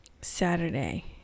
Saturday